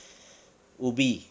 ubi